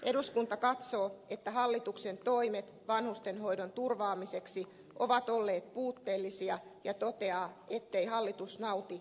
eduskunta katsoo että hallituksen toimet vanhustenhoidon turvaamiseksi ovat olleet puutteellisia ja toteaa ettei hallitus nauti